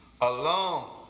alone